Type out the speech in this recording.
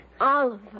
Oliver